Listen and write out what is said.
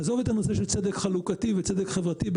עזוב את הנושא של צדק חלוקתי וצדק חברתי,